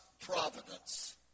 providence